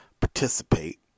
participate